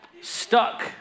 Stuck